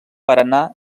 paranà